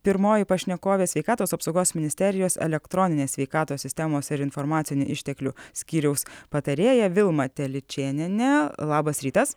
pirmoji pašnekovė sveikatos apsaugos ministerijos elektroninės sveikatos sistemos ir informacinių išteklių skyriaus patarėja vilma telyčėnienė labas rytas